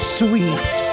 sweet